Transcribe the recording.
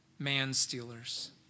man-stealers